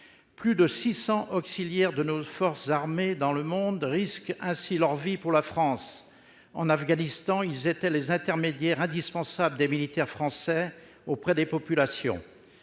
Plus de 600 auxiliaires de nos forces armées dans le monde risquent ainsi leur vie pour la France. En Afghanistan, ils étaient les intermédiaires indispensables des militaires français auprès des populations.